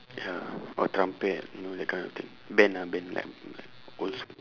ya or trumpet you know that kind of thing band ah band like like old school